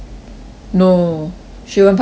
no she won't pass by